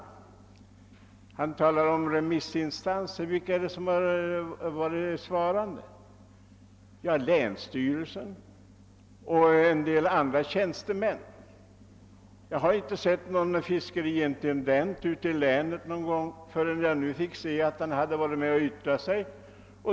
Herr Trana talar om remissinstanser, men vilka är det som har svarat på remisserna? Jo, länsstyrelsens folk och en del andra tjänstemän. Jag har inte någon gång sett en fiskeriintendent ute i länet förrän jag nu fick se att han hade varit med och yttrat sig.